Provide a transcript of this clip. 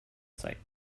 site